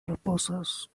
proposes